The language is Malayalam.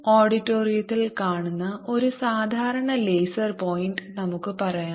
ലാബിൽ ഓഡിറ്റോറിയത്തിൽ കാണുന്ന ഈ സാധാരണ ലേസർ പോയിന്റ് നമുക്ക് പറയാം